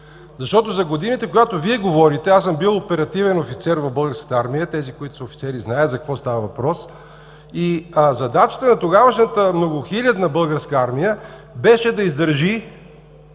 за годините, за които Вие говорите, аз съм бил оперативен офицер в Българската армия. Тези, които са офицери, знаят за какво става въпрос. Задачата на тогавашната многохилядна българска армия беше да издържи